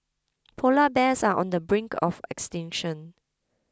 Polar Bears are on the brink of extinction